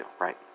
right